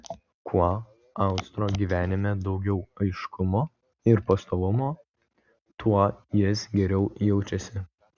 kuo austro gyvenime daugiau aiškumo ir pastovumo tuo jis geriau jaučiasi